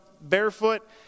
barefoot